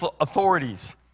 authorities